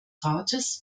rates